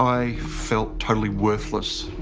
i felt totally worthless